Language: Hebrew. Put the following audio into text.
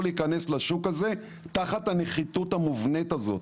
להיכנס לשוק הזה תחת הנחיתות המובנת הזאת.